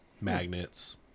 Magnets